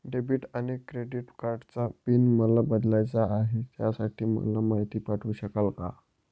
Debit आणि credit कार्डचा pin मला बदलायचा आहे, त्यासाठी मला माहिती पाठवू शकाल का?